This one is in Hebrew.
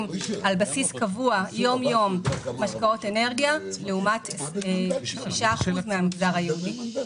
על בסיס קבוע יום-יום משקאות אנרגיה לעומת 6% במגזר היהודי.